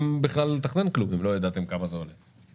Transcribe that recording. בכלל לתכנן כלום אם לא ידעתם כמה זה עולה,